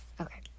Okay